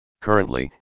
Currently